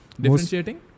Differentiating